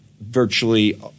virtually